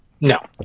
No